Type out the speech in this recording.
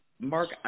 Mark